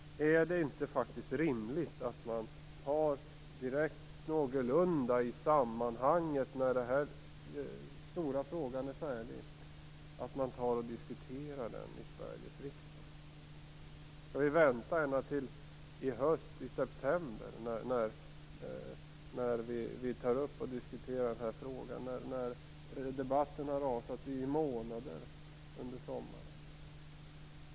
Vore det inte rimligt att man i samband med att denna stora fråga är avgjord diskuterar den i Sveriges riksdag? Skall vi verkligen vänta ända till september innan vi kan diskutera denna fråga efter det att debatten har rasat i månader under sommaren?